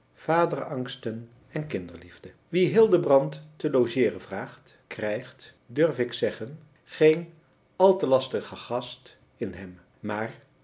vaderangsten en kinderliefde wie hildebrand te logeeren vraagt krijgt durf ik zeggen geen al te lastigen gast in hem maar